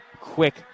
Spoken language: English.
quick